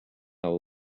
will